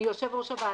מיושב-ראש הוועדה,